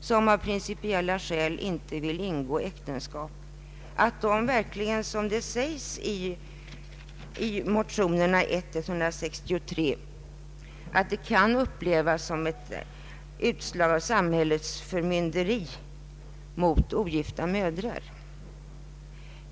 som av principiella skäl inte vill ingå äktenskap, verkligen kan, som det sägs i motionerna I:163 och 1I1I:182 samt I:25 och II: 27, upplevas som ett utslag av samhällets förmynderi mot ogifta mödrar.